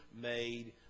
made